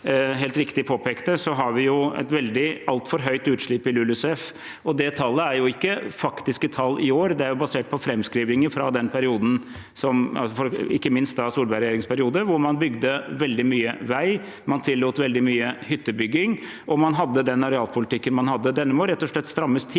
helt riktig påpekte, har vi et altfor høyt utslipp i LULUCF. Det tallet er ikke faktiske tall i år, men er basert på framskrivinger ikke minst fra Solberg-regjeringens periode, da man bygde veldig mye vei, man tillot veldig mye hyttebygging, og man hadde den arealpolitikken man hadde. Denne må rett og slett strammes til.